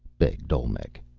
begged olmec.